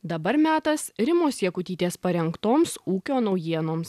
dabar metas rimos jakutytės parengtoms ūkio naujienoms